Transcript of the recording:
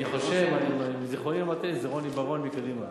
אם זיכרוני לא מטעה, זה רוני בר-און מקדימה.